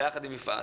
יחס עם יפעת